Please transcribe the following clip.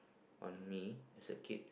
on me is a kid